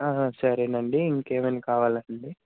సరేనండి ఇంకేమైనా కావాలా అండి